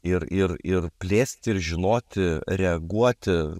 ir ir ir plėsti ir žinoti reaguoti